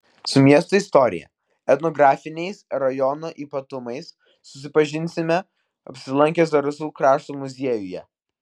su miesto istorija etnografiniais rajono ypatumais susipažinsime apsilankę zarasų krašto muziejuje